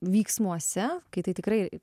vyksmuose kai tai tikrai